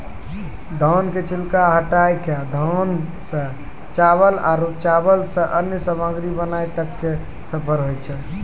धान के छिलका हटाय कॅ धान सॅ चावल आरो चावल सॅ अन्य सामग्री बनाय तक के सफर होय छै